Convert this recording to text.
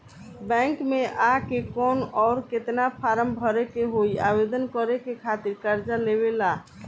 Bank मे आ के कौन और केतना फारम भरे के होयी आवेदन करे के खातिर कर्जा लेवे ला?